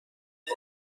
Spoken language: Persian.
تنگ